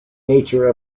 nature